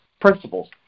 principles